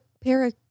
para